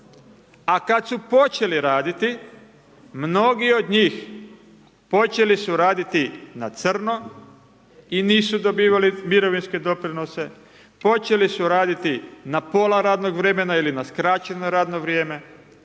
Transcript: A kad su počeli raditi, mnogi od njih počeli su raditi na crno i nisu dobivali mirovinske doprinose, počeli su raditi na pola radnog vremena ili na skraćeno radno vrijeme,